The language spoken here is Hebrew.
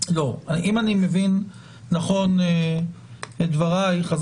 אם אני מבין נכון את דברייך,